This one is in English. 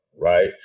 Right